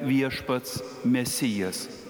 viešpats mesijas